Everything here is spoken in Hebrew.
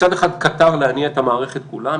מצד אחד קטר להניע את המערכת כולה,